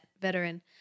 veteran